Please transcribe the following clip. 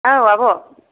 औ आब'